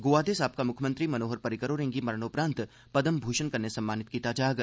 गोवा दे साबका मुक्खमंत्री मनोहर परिकर होरें'गी मरणोपरांत पद्म भूशण कन्नै सम्मानित कीता जाग